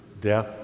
death